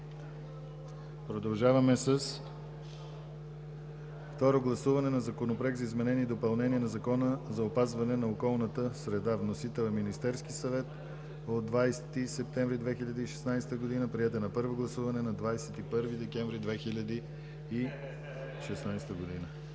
2016 г. 12. Второ гласуване на Законопроект за изменение и допълнение на Закона за опазване на околната среда. Вносител е Министерският съвет на 20 септември 2016 г. Приет е на първо гласуване на 21 декември 2016 г.